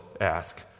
ask